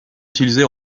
utilisés